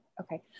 Okay